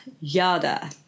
Yada